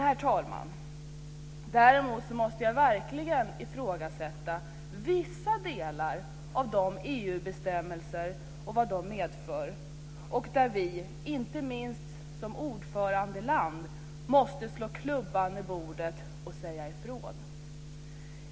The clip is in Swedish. Herr talman! Jag måste verkligen ifrågasätta vissa delar av EU-bestämmelserna och det de medför. Som ordförandeland måste vi slå klubban i bordet och säga ifrån.